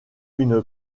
une